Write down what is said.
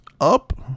up